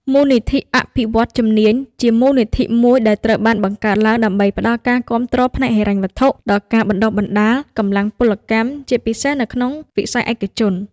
មូលនិធិអភិវឌ្ឍន៍ជំនាញ ជាមូលនិធិមួយដែលត្រូវបានបង្កើតឡើងដើម្បីផ្តល់ការគាំទ្រផ្នែកហិរញ្ញវត្ថុដល់ការបណ្តុះបណ្តាលកម្លាំងពលកម្ម ជាពិសេសនៅក្នុងវិស័យឯកជន។